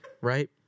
right